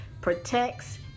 protects